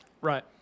Right